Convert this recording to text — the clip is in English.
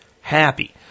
happy